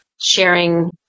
sharing